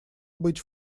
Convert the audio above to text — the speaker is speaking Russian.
быть